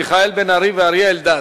מיכאל בן-ארי ואריה אלדד.